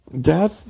Dad